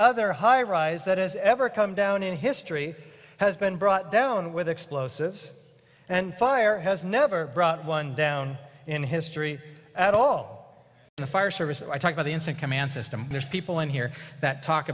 other highrise that has ever come down in history has been brought down with explosives and fire has never brought one down in history at all the fire service that i talked to the instant command system there's people in here that talk